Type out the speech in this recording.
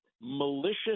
malicious